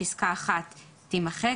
פסקה (1) תימחק.